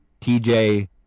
tj